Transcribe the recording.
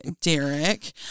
Derek